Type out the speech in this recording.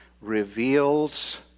reveals